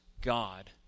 God